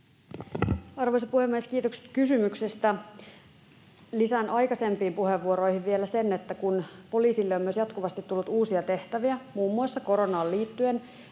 Arvoisa puhemies! Kiitokset kysymyksestä. Lisään aikaisempiin puheenvuoroihin vielä sen, että kun poliisille on myös jatkuvasti tullut uusia tehtäviä, muun muassa koronaan liittyen,